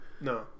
No